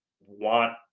want